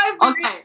Okay